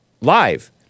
live